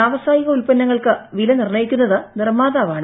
വ്യാവസായിക ഉൽപ്പന്നങ്ങൾക്ക് വില നിർണയിക്കുന്നത് നിർമ്മാതാവാണ്